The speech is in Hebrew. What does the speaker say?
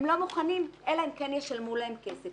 הן לא מוכנות אלא אם כן ישלמו להן כסף.